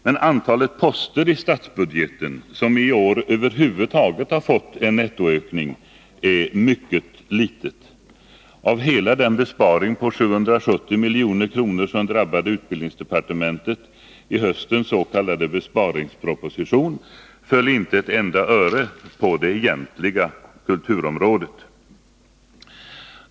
Men antalet poster i statsbudgeten som i år över huvud taget har fått en nettoökning är mycket litet. Av hela den besparing på 770 milj.kr. som drabbade utbildningsdepartementet i höstens s.k. besparingsproposition gällde inte ett enda öre det egentliga kulturområdet.